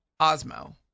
Osmo